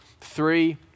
three